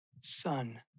son